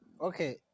okay